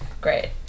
Great